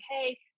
hey